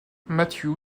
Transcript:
matthew